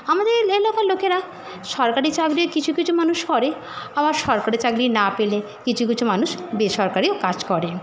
আমাদের এলাকার লোকেরা সরকারি চাকরির কিছু কিছু মানুষ করে আবার সরকারি চাকরি না পেলে কিছু কিছু মানুষ বেসরকারিও কাজ করে